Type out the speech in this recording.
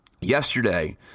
yesterday